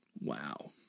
Wow